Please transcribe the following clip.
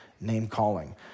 name-calling